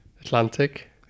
Atlantic